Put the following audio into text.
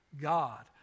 God